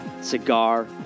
Cigar